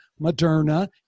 Moderna